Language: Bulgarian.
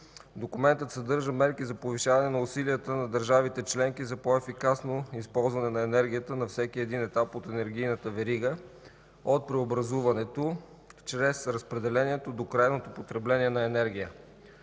Документът съдържа мерки за повишаване на усилията на държавите членки за по-ефикасно използване на енергията на всеки един етап от енергийната верига – от преобразуването, през разпределението до крайното потребление на енергия.